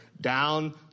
down